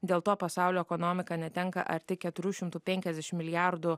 dėl to pasaulio ekonomika netenka arti keturių šimtų penkiasdešimt milijardų